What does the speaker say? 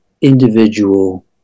Individual